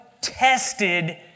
tested